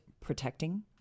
protecting